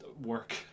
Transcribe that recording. work